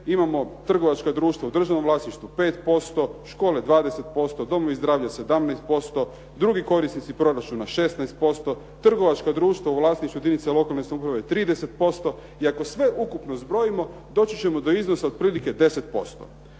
imamo trgovačka društva u državnom vlasništvu 5%, škole 20%, domovi zdravlja 17%, drugi korisnici proračuna 16%, trgovačka društva u vlasništvu jedinica lokalne samouprave 30%. I ako sve ukupno zbrojimo doći ćemo do iznosa otprilike 10%.